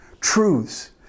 Truths